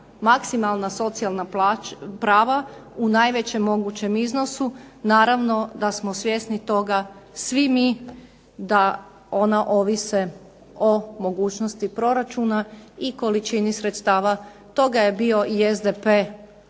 maksimalna socijalna prava u najvećem mogućem iznosu. Naravno da smo svjesni toga svi mi, da ona ovise o mogućnosti proračuna i količini sredstava. Toga je bio i SDP